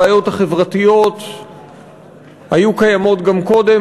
הבעיות החברתיות היו קיימות גם קודם,